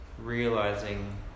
realizing